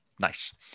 Nice